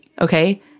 Okay